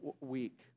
week